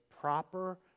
proper